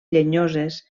llenyoses